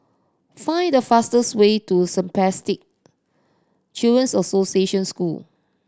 find the fastest way to Spastic Children's Association School